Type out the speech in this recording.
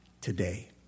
today